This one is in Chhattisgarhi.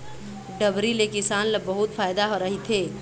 डबरी ले किसान ल बहुत फायदा रहिथे